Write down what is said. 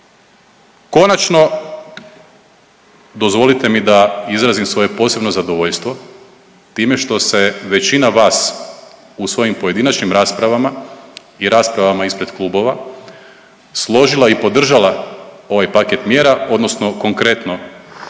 Konačno dozvolite mi da izrazim svoje posebno zadovoljstvo time što se većina vas u svojim pojedinačnim raspravama i raspravama ispred klubova složila i podržala ovaj paket mjera, odnosno konkretno